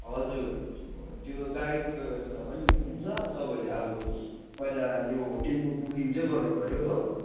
हजुर त्यो गाडीको व्यवस्था पनि हुन्छ तपाईँहरूले अब पहिला यो होटेलको बुकिङ चाहिँ गर्नुपऱ्यो हो